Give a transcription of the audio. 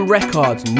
Records